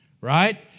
Right